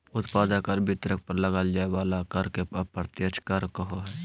उत्पादक आर वितरक पर लगाल जाय वला कर के अप्रत्यक्ष कर कहो हइ